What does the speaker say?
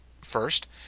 First